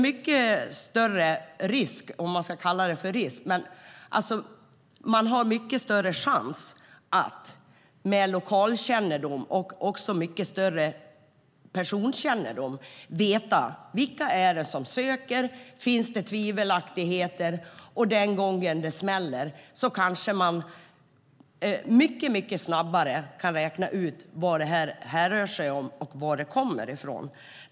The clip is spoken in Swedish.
Man har mycket större chans att med lokalkännedom och mycket bättre personkännedom veta vilka det är som söker och om det finns tvivelaktigheter. Den gång det smäller kanske man mycket snabbare kan räkna ut vad det rör sig om och varifrån det kommer.